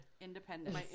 independence